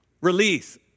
release